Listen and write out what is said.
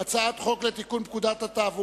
(תיקון מס' 16);